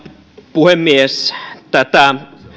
puhemies tätä